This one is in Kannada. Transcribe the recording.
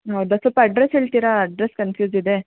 ಹೌದಾ ಸ್ವಲ್ಪ ಅಡ್ರಸ್ ಹೇಳ್ತೀರಾ ಅಡ್ರಸ್ ಕನ್ಫ್ಯೂಸ್ ಇದೆ